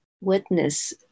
witness